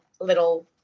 little